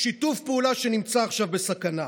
שיתוף פעולה שנמצא עכשיו בסכנה.